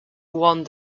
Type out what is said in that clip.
one